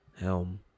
helm